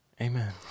Amen